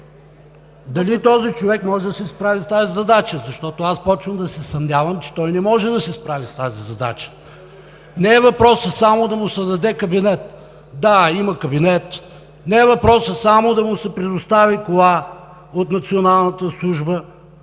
Дали този човек може да се справи с тази задача? Защото аз започвам да се съмнявам, че той не може да се справи с тази задача. Въпросът не е само да му се даде кабинет. Да, има кабинет. Въпросът не е само да му се предостави кола от Националната служба